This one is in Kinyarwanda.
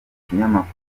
ikinyamakuru